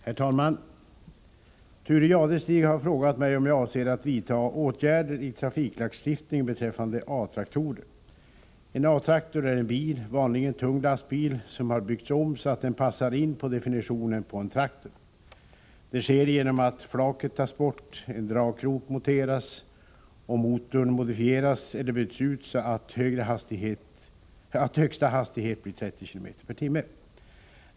Herr talman! Thure Jadestig har frågat mig om jag avser att vidta åtgärder i trafiklagstiftningen beträffande A-traktorer. En A-traktor är en bil, vanligen tung lastbil, som har byggts om så att den passar in på definitionen på en traktor. Det sker genom att flaket tas bort, en dragkrok monteras och motorn modifieras eller byts ut, så att högsta hastighet blir 30 km/tim.